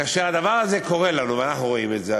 כאשר הדבר הזה קורה לנו, ואנחנו רואים את זה,